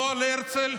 לא על הרצל,